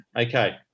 Okay